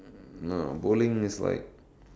no bowling is like